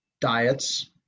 diets